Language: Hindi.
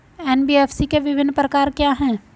एन.बी.एफ.सी के विभिन्न प्रकार क्या हैं?